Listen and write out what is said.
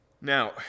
Now